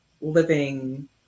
living